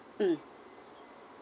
mm